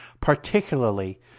particularly